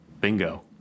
Bingo